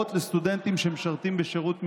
התאמות לסטודנטים שמשרתים בשירות מילואים,